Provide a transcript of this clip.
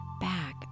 back